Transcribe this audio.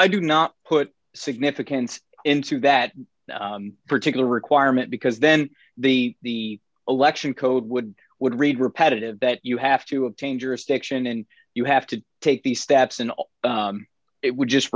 i do not put significance into that particular requirement because then the election code would would read repetitive but you have to obtain jurisdiction and you have to take these steps and it would just